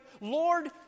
Lord